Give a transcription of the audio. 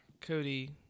Cody